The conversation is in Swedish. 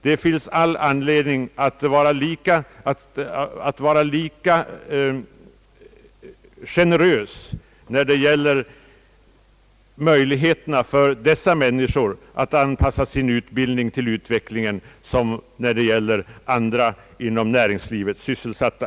Det finns all anledning att vara lika generös när det gäller möjligheterna för dessa människor att anpassa sin utbildning till utvecklingen som när det gäller andra inom näringslivet sysselsatta.